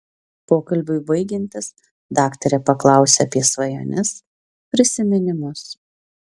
pokalbiui baigiantis daktarė paklausia apie svajones prisiminimus